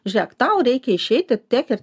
žiūrėk tau reikia išeiti tiek ir